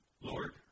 Lord